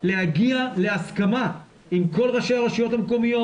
להגיע להסכמה עם כל ראשי הרשויות המקומיות,